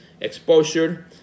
exposure